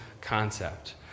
concept